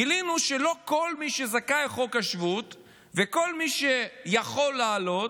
גילינו שלא כל מי שזכאי חוק השבות וכל מי שיכול לעלות,